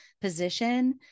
position